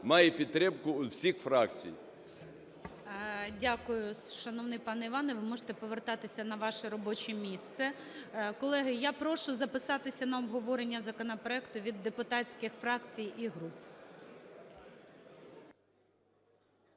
має підтримку у всіх фракцій. ГОЛОВУЮЧИЙ. Дякую, шановний пане Іване. Ви можете повертатися на ваше робоче місце. Колеги, я прошу записатися на обговорення законопроекту від депутатських фракцій і груп.